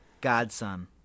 Godson